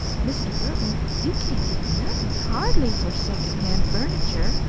mr. burton, you can't get nothin', hardly, for second-hand furniture.